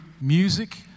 music